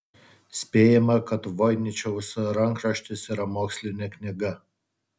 spėjama kad voiničiaus rankraštis yra mokslinė knyga